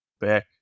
back